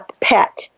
pet